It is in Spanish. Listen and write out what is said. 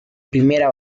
primera